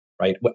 Right